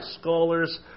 scholars